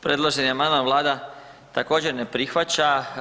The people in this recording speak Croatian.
Predloženi amandman vlada također ne prihvaća.